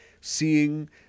seeing